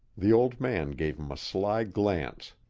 the old man gave him a sly glance.